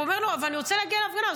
והוא אומר לו: אבל אני רוצה להגיע להפגנה.